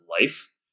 life